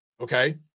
okay